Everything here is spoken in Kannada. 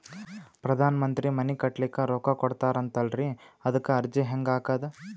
ಪ್ರಧಾನ ಮಂತ್ರಿ ಮನಿ ಕಟ್ಲಿಕ ರೊಕ್ಕ ಕೊಟತಾರಂತಲ್ರಿ, ಅದಕ ಅರ್ಜಿ ಹೆಂಗ ಹಾಕದು?